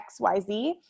xyz